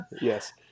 Yes